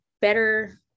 better